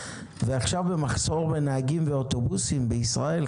ועכשיו במחסור בנהגים ואוטובוסים בישראל,